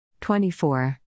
24